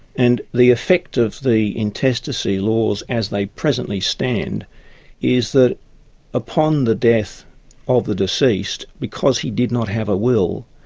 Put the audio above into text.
and the effect of the intestacy laws as they presently stand is that upon the death of the deceased, because he did not have a will,